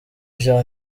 vya